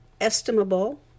estimable